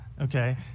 okay